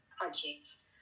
projects